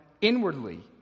inwardly